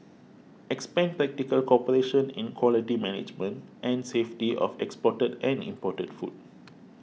expand practical cooperation in quality management and safety of exported and imported food